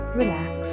relax